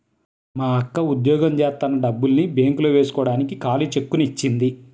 మా అక్క ఉద్యోగం జేత్తన్న డబ్బుల్ని బ్యేంకులో వేస్కోడానికి ఖాళీ చెక్కుని ఇచ్చింది